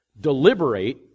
deliberate